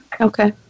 Okay